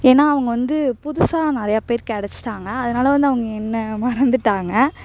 ஏன்னா அவங்க வந்து புதுசாக நிறையா பேர் கெடைச்சிட்டாங்க அதனால வந்து அவங்க என்னை மறந்துட்டாங்க